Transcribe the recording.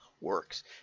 works